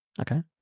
okay